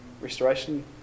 restoration